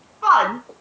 fun